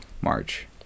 March